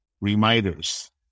reminders